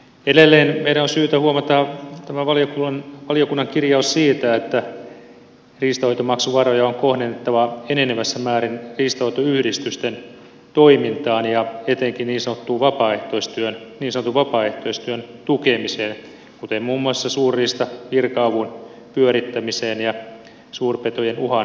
edelleen meidän on syytä huomata valiokunnan kirjaus siitä että riistanhoitomaksuvaroja on kohdennettava enenevässä määrin riistanhoitoyhdistysten toimintaan ja etenkin niin sanotun vapaaehtoistyön tukemiseen kuten suurriistavirka avun pyörittämiseen ja suurpetojen uhan vähentämiseen